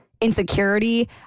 insecurity